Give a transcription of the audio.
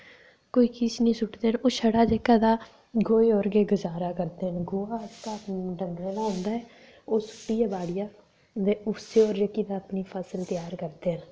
कोई किश निं सु'टदे न ओह् छड़ा जेह्का तां गोहे उप्पर गै गुजारा करदे न गोहा जेह्का तां डंगरें दा होंदा ऐ ओह् सु'ट्टियै बाड़िया ते उस्सै पर जेह्की तां अपनी फसल त्यार करदे न